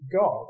God